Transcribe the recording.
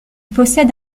possède